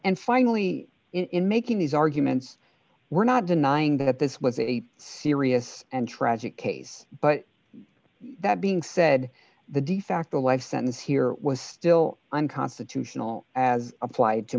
and finally in making these arguments we're not denying that this was a serious and tragic case but that being said the de facto life sentence here was still unconstitutional as appl